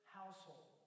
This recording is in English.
household